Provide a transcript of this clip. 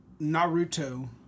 Naruto